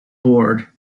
board